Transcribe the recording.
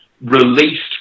released